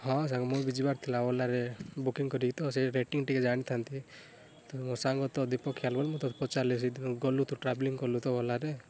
ହଁ ସାଙ୍ଗ ମୁଁ ବି ଯିବାର ଥିଲା ଓଲାରେ ବୁକିଂ କରିକି ତ ସେ ରେଟିଂ ଟିକେ ଜାଣିଥାନ୍ତି ତ ସାଙ୍ଗ ତ ଦୀପକ ଖିଆଲ ବୋଲି ମୁଁ ତ ପଚାରିଲି ଗଲୁ ତୁ ଟ୍ରାଭେଲିଂ କଲୁ ତ ଓଲାରେ